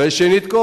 ושנית,